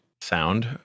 sound